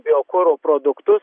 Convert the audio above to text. biokuro produktus